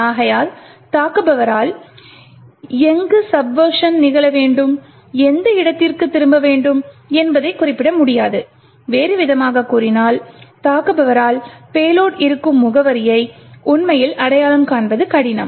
ஆகையால் தாக்குபவரால் எங்கு சப்வெர்ஸன் நிகழ வேண்டும் எந்த இடத்திற்கு திரும்ப வேண்டும் என்பதைக் குறிப்பிட முடியாது வேறுவிதமாகக் கூறினால் தாக்குபவரால் பெலோடு இருக்கும் முகவரியை உண்மையில் அடையாளம் காண்பது கடினம்